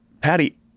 Patty